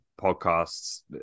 podcasts